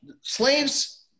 slaves